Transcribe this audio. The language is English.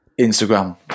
Instagram